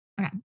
okay